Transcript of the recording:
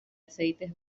aceites